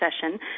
session